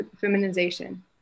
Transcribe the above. feminization